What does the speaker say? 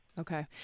Okay